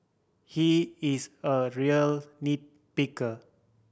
he is a real nit picker